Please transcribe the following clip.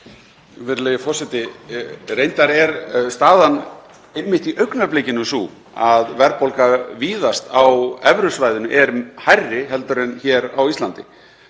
Virðulegi forseti. Reyndar er staðan einmitt í augnablikinu sú að verðbólga víðast á evrusvæðinu er hærri en hér á Íslandi